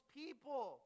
people